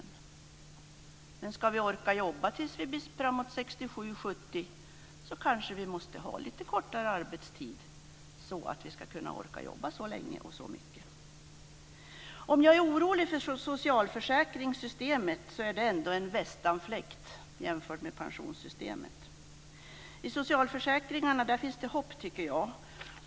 Men ska vi orka jobba så mycket och ända fram till dess att vi blir uppåt 67-70 så kanske vi måste ha lite kortare arbetstid. Om jag är orolig för socialförsäkringssystemet så är det ändå en västanfläkt jämfört med oron för pensionssystemet. I socialförsäkringarna finns det hopp, tycker jag.